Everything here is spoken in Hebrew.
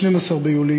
12 ביולי,